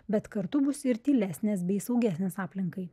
bet kartu bus ir tylesnės bei saugesnės aplinkai